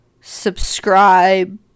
subscribe